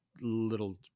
little